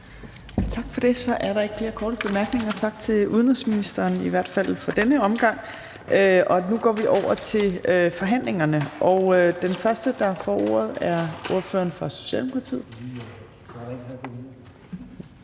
Tak for det. Så er der ikke flere korte bemærkninger. Tak til udenrigsministeren, i hvert fald i denne omgang. Nu går vi over til forhandlingen, og den første, der får ordet, er ordføreren for Socialdemokratiet.